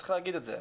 צריך לומר את זה.